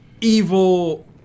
evil